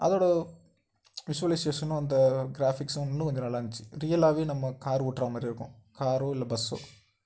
அதோடய விஸ்வலைசேஷனும் அந்த க்ராஃபிக்ஸும் இன்னும் கொஞ்சம் நல்லா இருந்துச்சு ரியலாவே நம்ம கார் ஓடுற மாதிரி இருக்கும் காரோ இல்லை பஸ்ஸோ